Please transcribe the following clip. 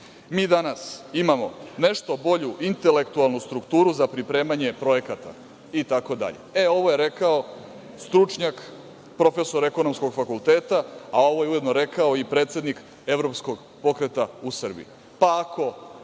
mi danas imamo nešto bolju intelektualnu strukturu za pripremanje projekata itd. Ovo je rekao stručnjak, profesor ekonomskog fakulteta, a ovo je ujedno rekao i predsednik Evropskog pokreta u Srbiji, pa ako,